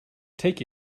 take